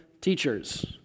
teachers